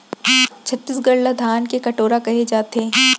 छत्तीसगढ़ ल धान के कटोरा कहे जाथे